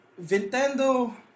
Nintendo